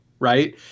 right